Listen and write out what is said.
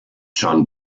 john